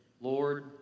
Lord